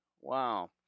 Wow